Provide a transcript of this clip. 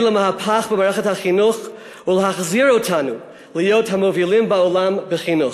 למהפך במערכת החינוך ולהחזיר אותנו להיות המובילים בעולם בחינוך.